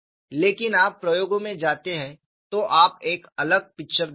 लेकिन आप प्रयोग में जाते हैं तो आप एक अलग पिक्चर देखते हैं